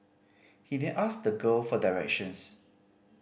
he then asked the girl for directions